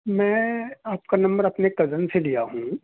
میں آپ کا نمبر اپنے کزن سے لیا ہوں